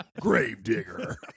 Gravedigger